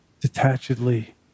detachedly